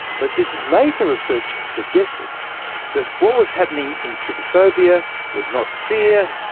but this later research suggested that what was happening in trypophobia was not fear,